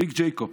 ריק ג'ייקובס.